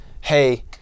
hey